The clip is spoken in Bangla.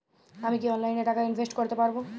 আমি কি অনলাইনে টাকা ইনভেস্ট করতে পারবো?